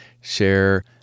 share